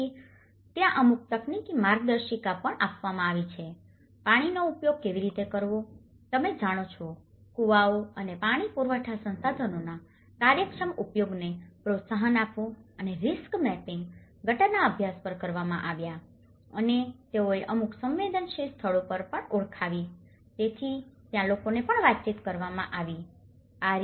તેથી ત્યાં અમુક તકનીકી માર્ગદર્શિકા પણ આપવામાં આવી છે પાણીનો ઉપયોગ કેવી રીતે કરવો અને તમે જાણો છો કુવાઓ અને પાણી પુરવઠા સંસાધનોના કાર્યક્ષમ ઉપયોગને પ્રોત્સાહન આપવું અને રિસ્ક મેપિંગ ગટરના અભ્યાસ પર કરવામાં આવ્યાં છે અને તેઓએ અમુક સંવેદનશીલ સ્થળો પણ ઓળખાવી તેથી ત્યાં લોકોને પણ વાતચીત કરવામાં આવી છે